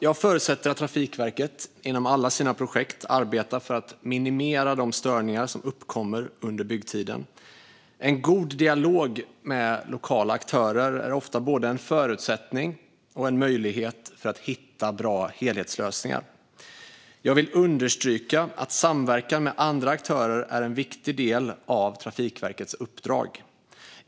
Jag förutsätter att Trafikverket inom alla sina projekt arbetar för att minimera de störningar som uppkommer under byggtiden. En god dialog med lokala aktörer är ofta både en förutsättning och en möjlighet för att hitta bra helhetslösningar. Jag vill understryka att samverkan med andra aktörer är en viktig del av Trafikverkets uppdrag.